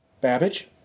Babbage